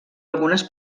algunes